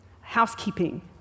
housekeeping